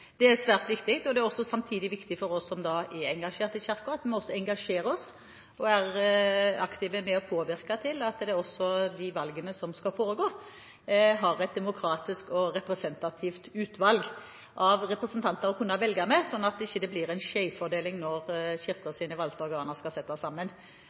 Det er svært viktig. Det er samtidig viktig for oss som er engasjert i Kirken, at vi engasjerer oss og er aktive med å påvirke til at de valgene som skal foregå, har et demokratisk og representativt utvalg av representanter å kunne velge i, sånn at det ikke blir en skjevfordeling når Kirkens valgte organer skal settes sammen.